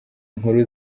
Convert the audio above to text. nkuru